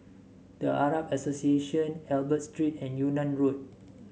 The Arab Association Albert Street and Yunnan Road